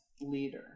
leader